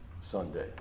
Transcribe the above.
Sunday